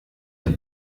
der